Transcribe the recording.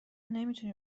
نمیتونی